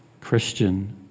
Christian